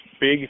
big